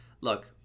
Look